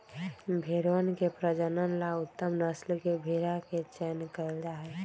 भेंड़वन के प्रजनन ला उत्तम नस्ल के भेंड़ा के चयन कइल जाहई